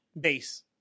base